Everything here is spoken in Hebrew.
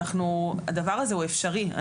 הדבר הזה הוא אפשרי.